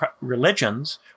religions